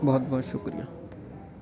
بہت بہت شکریہ